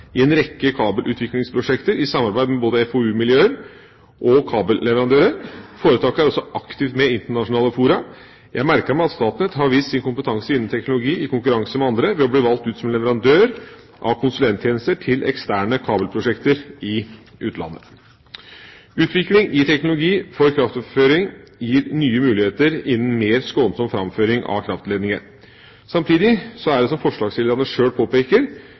i en rekke kabelutviklingsprosjekter i samarbeid med både FoU-miljøer og kabelleverandører. Foretaket er også aktivt med i internasjonale fora. Jeg merker meg at Statnett har vist sin kompetanse innen teknologi i konkurranse med andre ved å bli valgt ut som leverandør av konsulenttjenester til eksterne kabelprosjekter i utlandet. Utvikling i teknologi for kraftoverføring gir nye muligheter innen mer skånsom framføring av kraftledninger. Samtidig er det, som forslagsstillerne sjøl påpeker,